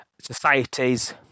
societies